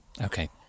Okay